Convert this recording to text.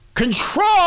control